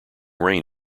rain